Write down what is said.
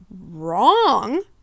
wrong